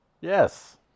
Yes